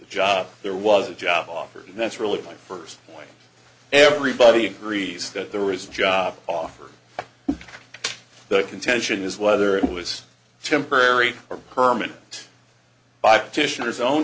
the job there was a job offer and that's really my first everybody agrees that there is a job offer that contention is whether it was temporary or permanent by petitioners own